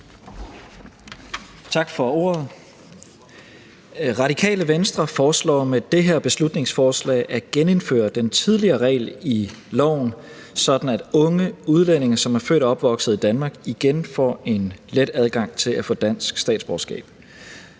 Tak for ordet. Radikale Venstre foreslår med det her beslutningsforslag at genindføre den tidligere regel i loven, sådan at unge udlændinge, som er født og opvokset i Danmark, igen får en let adgang til at få dansk statsborgerskab.